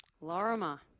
Lorimer